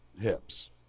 hips